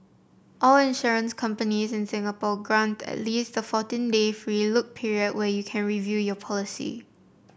all insurance companies in Singapore grant at least a fourteen day free look period where you can review your policy